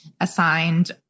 assigned